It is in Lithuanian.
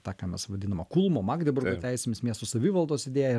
tą ką mes vadiname kulmo magdeburgo teisėmis miesto savivaldos idėja